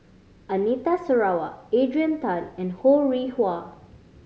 Anita Sarawak Adrian Tan and Ho Rih Hwa